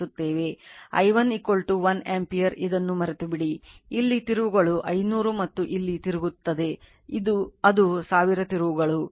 i1 1 ampere ಇದನ್ನು ಮರೆತುಬಿಡಿ ಇಲ್ಲಿ ತಿರುವುಗಳು 500 ಮತ್ತು ಇಲ್ಲಿ ತಿರುಗುತ್ತದೆ ಅದು 1000 ತಿರುವುಗಳು